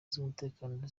z’umutekano